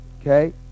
Okay